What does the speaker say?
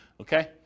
Okay